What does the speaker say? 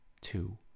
two